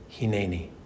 Hineni